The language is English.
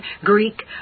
Greek